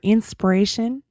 Inspiration